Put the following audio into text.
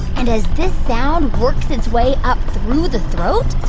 and as this sound works its way up through the throat,